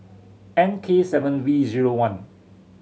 N K seven V zero one